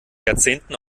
jahrzehnten